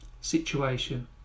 situation